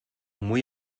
muy